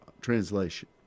translation